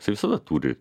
jisai visada turi